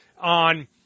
on